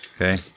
Okay